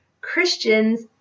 Christians